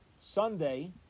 Sunday